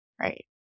right